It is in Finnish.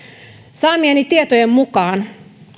saamieni tietojen mukaan